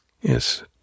Yes